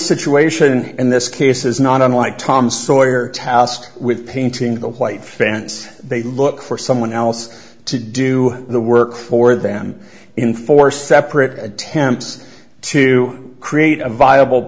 situation in this case is not unlike tom sawyer tasked with painting the white fans they look for someone else to do the work for them in four separate attempts to create a viable